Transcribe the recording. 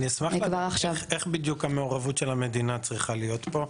אני אשמח לדעת איך בדיוק המעורבות של המדינה צריכה להיות פה?